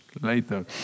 later